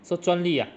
so 专业 ah